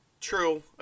True